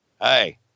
Hey